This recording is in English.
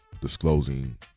disclosing